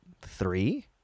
three